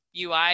UI